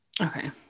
Okay